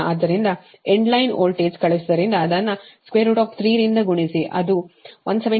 ಆದ್ದರಿಂದ end line voltage ಕಳುಹಿಸುವುದರಿಂದ ಇದನ್ನು 3 ರಿಂದ ಗುಣಿಸಿ ಅದು 170